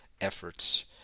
efforts